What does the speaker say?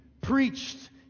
preached